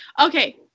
Okay